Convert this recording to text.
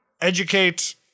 educate